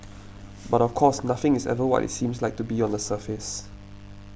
but of course nothing is ever what it seems like to be on the surface